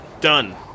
Done